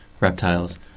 reptiles